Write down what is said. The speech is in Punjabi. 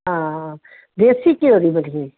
ਹਾਂ ਦੇਸੀ ਘਿਓ ਦੀ ਬਣਦੀ